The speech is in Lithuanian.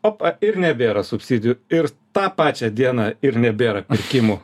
opa ir nebėra subsidijų ir tą pačią dieną ir nebėra pirkimų